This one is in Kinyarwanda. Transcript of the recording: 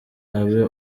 abe